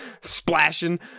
splashing